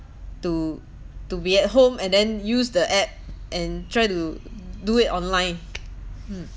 to to be at home and then use the app and try to do it online hmm